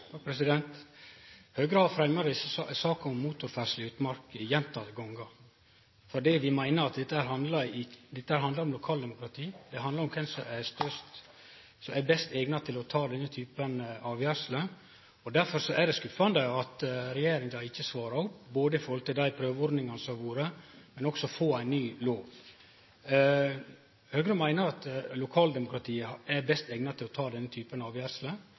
Høgre har fremja saka om motorferdsle i utmark gjentekne gonger fordi vi meiner at dette handlar om lokaldemokrati, det handlar om kven som er best eigna til å ta denne typen avgjersler. Derfor er det skuffande at regjeringa ikkje svarar opp, både når det gjeld dei prøveordningane som har vore, og når det gjeld ei ny lov. Høgre meiner at lokaldemokratiet er best eigna til å ta